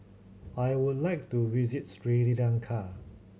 I would like to visit Sri Lanka